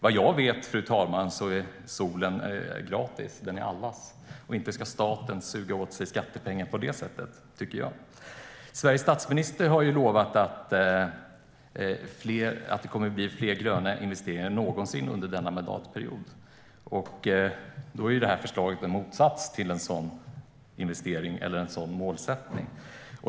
Vad jag vet, fru talman, är solen gratis - den är allas. Inte ska staten suga åt sig skattepengar på det sättet, tycker jag. Sveriges statsminister har lovat att det kommer att bli fler gröna investeringar än någonsin under denna mandatperiod. Det här förslaget står i motsats till en sådan målsättning.